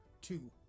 two